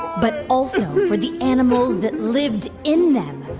but also for the animals that lived in them.